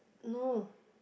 no